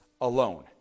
alone